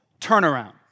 turnaround